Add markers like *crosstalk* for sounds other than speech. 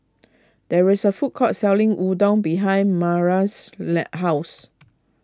there is a food court selling Udon behind *unintelligible* house